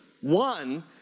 One